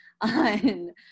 on